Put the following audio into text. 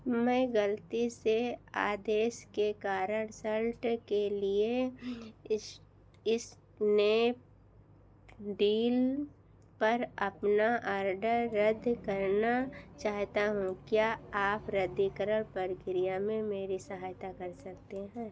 मैं ग़लती से आदेश के कारण शर्ट के लिए इस इस्नैडील पर अपना आरडर रद्द करना चाहता हूँ क्या आप रद्दीकरण प्रक्रिया में मेरी सहायता कर सकते हैं